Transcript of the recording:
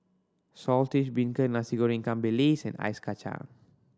Saltish Beancurd Nasi Goreng ikan bilis and ice kacang